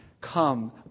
come